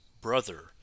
brother